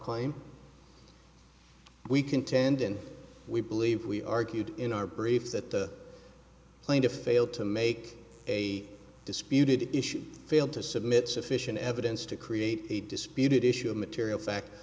claim we contend and we believe we argued in our brief that the plane to fail to make a disputed issue failed to submit sufficient evidence to create a disputed issue of material fac